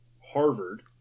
Harvard